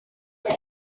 beth